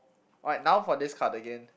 right now for this card again